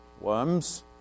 worms